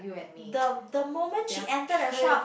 the the moment she enter the shop